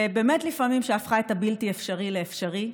שבאמת לפעמים הפכה את הבלתי-אפשרי לאפשרי.